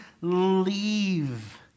leave